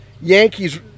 Yankee's